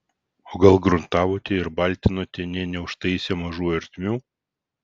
o gal gruntavote ir baltinote nė neužtaisę mažų ertmių